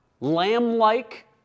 lamb-like